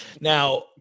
Now